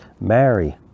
Mary